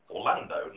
Orlando